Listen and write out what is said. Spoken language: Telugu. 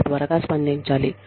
మీరు త్వరగా స్పందించాలి